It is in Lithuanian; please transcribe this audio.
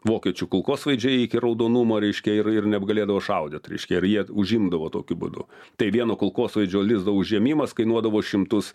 vokiečių kulkosvaidžiai iki raudonumo reiškia ir ir nebgalėdavo šaudyt reiškia ir jie užimdavo tokiu būdu tai vieno kulkosvaidžio lizdo užėmimas kainuodavo šimtus